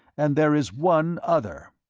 and there is one other.